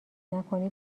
نکنی